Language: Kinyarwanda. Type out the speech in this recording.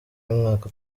y’umwaka